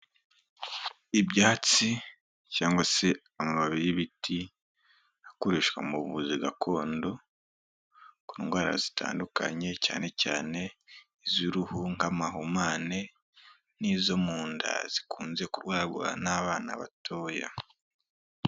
Ibyatsi cyangwa se amababi y'ibiti, akoreshwa mu buvuzi gakondo, ku ndwara zitandukanye, cyane cyane iz'uruhu nk'amahumane, n'izo mu nda zikunze kurwarwa n'abana batoya.